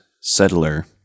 settler